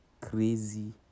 crazy